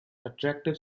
attractive